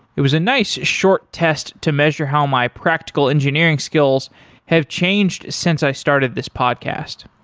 it was a nice short test to measure how my practical engineering skills have changed since i started this podcast.